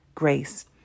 grace